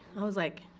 i was like,